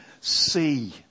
see